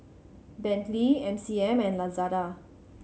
Bentley M C M and Lazada